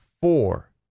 four